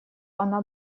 она